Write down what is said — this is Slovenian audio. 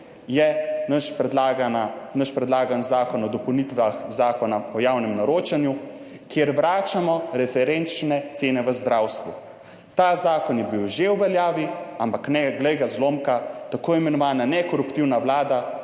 je naš predlagani Zakon o dopolnitvah Zakona o javnem naročanju, kjer vračamo referenčne cene v zdravstvu. Ta zakon je bil že v veljavi, ampak, ne, glej ga, zlomka, tako imenovana nekoruptivna Vlada